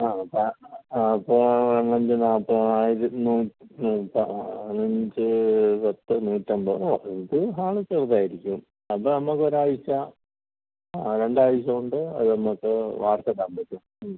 ആ ഇപ്പോൾ ആ ഇപ്പോൾ എണ്ണഞ്ച് നാൽപ്പത് ആയിരത്തിന് അത് അഞ്ച് പത്ത് നൂറ്റമ്പതാവും ഇത് ഹാൾ ചെറുതായിരിക്കും അപ്പം നമുക്ക് ഒരാഴ്ച ആ രണ്ടാഴ്ച കൊണ്ട് അത് നമുക്ക് വാർത്തിടാൻ പറ്റും